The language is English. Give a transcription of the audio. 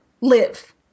live